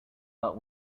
but